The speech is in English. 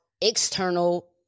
external